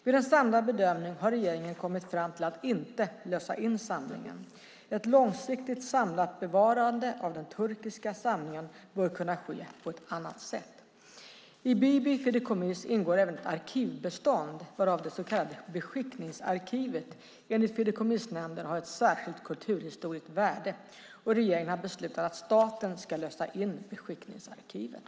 Vid en samlad bedömning har regeringen kommit fram till att inte lösa in samlingen. Ett långsiktigt samlat bevarande av den turkiska samlingen bör kunna ske på annat sätt. I Biby fideikommiss ingår även ett arkivbestånd, varav det så kallade beskickningsarkivet enligt Fideikommissnämnden har ett särskilt kulturhistoriskt värde. Regeringen har beslutat att staten ska lösa in beskickningsarkivet.